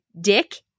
dick